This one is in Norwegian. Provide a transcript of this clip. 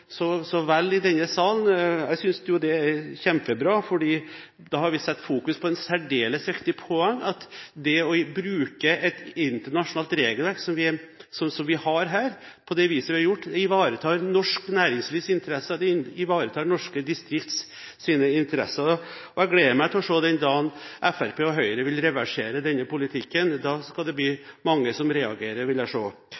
vel i denne sal. Jeg synes jo det er kjempebra, for da har vi satt fokus på et særdeles viktig poeng, nemlig at det å bruke et internasjonalt regelverk på det viset som vi har gjort her, ivaretar norsk næringslivs interesser, og det ivaretar norske distrikters interesser. Jeg gleder meg til å se den dagen Fremskrittspartiet og Høyre reverserer denne politikken. Da vil det bli